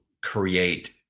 create